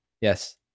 Yes